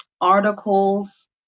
articles